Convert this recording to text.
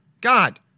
God